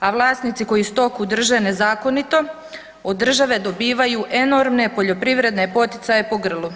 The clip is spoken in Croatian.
a vlasnici koji stoku drže nezakonito od države dobivaju enormne poljoprivredne poticaje po grlu.